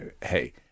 hey